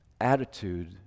attitude